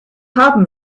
haben